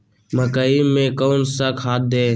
मकई में कौन सा खाद दे?